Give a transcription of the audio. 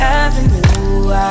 avenue